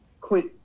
quit